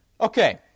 Okay